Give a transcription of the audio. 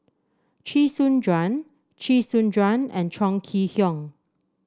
Chee Soon Juan Chee Soon Juan and Chong Kee Hiong